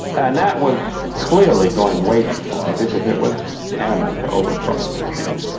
and that was clearly going way too far, because it was tantamount to overthrowing the regime.